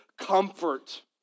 comfort